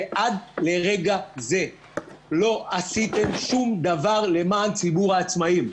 ועד לרגע זה לא עשיתם שום דבר למען ציבור העצמאים.